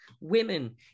women